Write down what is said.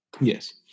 yes